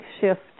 shift